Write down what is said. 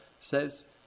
says